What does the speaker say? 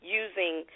using